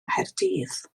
nghaerdydd